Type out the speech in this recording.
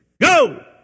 go